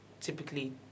typically